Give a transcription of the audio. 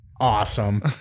awesome